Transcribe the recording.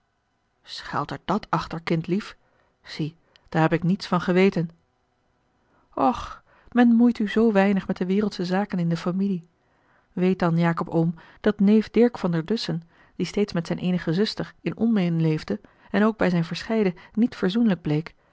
schuilt er dàt achter kindlief zie daar heb ik niets van geweten och men moeit u zoo weinig met de wereldsche zaken in de familie weet dan jacob oom dat neef dirk van der dussen die steeds met zijne eenige zuster in onmin leefde en ook bij zijn verscheiden niet verzoenlijk bleek